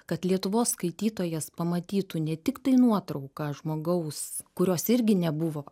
kad lietuvos skaitytojas pamatytų ne tiktai nuotrauką žmogaus kurios irgi nebuvo